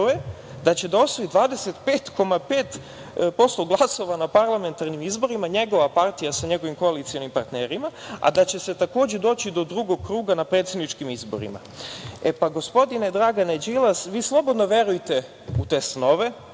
da će da osvoji 25,5% glasova na parlamentarnim izborima njegova partija sa njegovim koalicionim partnerima, a da će se takođe doći do drugog kruga na predsedničkim izborima. Gospodine Dragane Đilas, vi slobodno verujte u te snove,